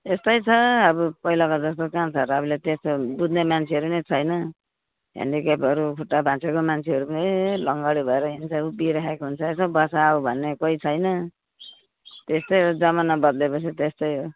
यस्तै छ अब पहिलाको जस्तो कहाँ छ र अहिले त्यस्तो बुझ्ने मानेछहरू नै छैन हेन्डिकेपहरू खुट्टा भाँचिएको मान्छेहरू पनि ए लङ्गडे भएर हिँड्छ उभिराखेको हुन्छ ए बस आउ भन्ने कोही छैन त्यस्तै हो जमाना बद्लेपछि त्यस्तै हो